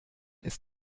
ist